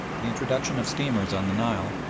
the introduction of steamers on the nile,